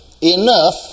enough